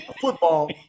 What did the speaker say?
football